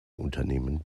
unternehmen